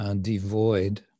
devoid